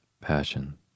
Passion